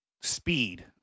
speed